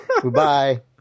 goodbye